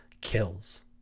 kills